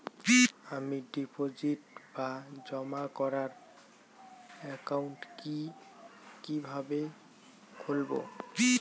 আমি ডিপোজিট বা জমা করার একাউন্ট কি কিভাবে খুলবো?